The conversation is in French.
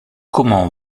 comment